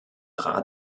rat